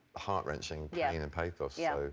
ah heart-wrenching yeah pain and pathos. yeah.